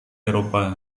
eropa